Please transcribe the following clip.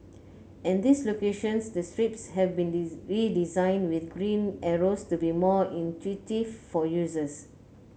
at these locations the strips have been redesigned with green arrows to be more intuitive for users